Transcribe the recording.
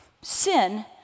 Sin